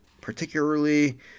particularly